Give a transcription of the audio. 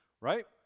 right